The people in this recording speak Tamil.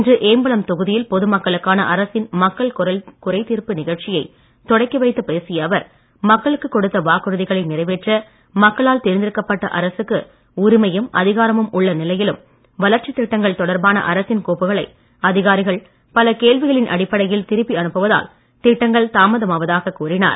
இன்று ஏம்பலம் தொகுதியில் பொதுமக்களுக்கான அரசின் மக்கள் குரல் குறைத் தீர்ப்பு நிகழ்ச்சியை தொடக்கி வைத்து பேசிய அவர் மக்களுக்கு கொடுத்த வாக்குறுதிகளை நிறைவேற்ற மக்களால் தேர்ந்தெடுக்கப்பட்ட அரசுக்கு உரிமையும் அதிகாரமும் உள்ள நிலையிலும் வளர்ச்சி திட்டங்கள் தொடர்பான அரசின் கோப்புகளை அதிகாரிகள் பல கேள்விகளின் அடிப்படையில் திருப்பி அனுப்புவதால் திட்டங்கள் தாமதமாவதாக கூறினார்